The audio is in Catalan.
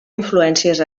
influències